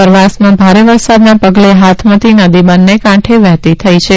ઉપરવાસમાં ભારે વરસાદના પગલે હાથમતી નદી બંને કાંઠે વહેતી થઈ છે